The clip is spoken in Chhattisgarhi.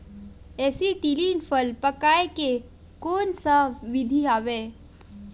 एसीटिलीन फल पकाय के कोन सा विधि आवे?